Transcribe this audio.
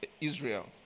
Israel